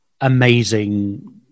amazing